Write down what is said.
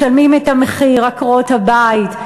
משלמות את המחיר עקרות-הבית,